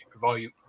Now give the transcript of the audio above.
volume